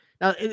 now